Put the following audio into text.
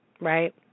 right